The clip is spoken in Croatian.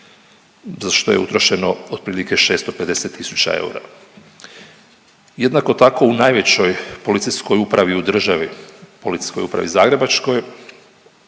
za što je utrošeno otprilike 650 tisuća eura. Jednako tako, u najvećoj policijskoj upravi u državi, Policijskoj upravi zagrebačkoj